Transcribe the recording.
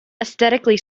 aesthetically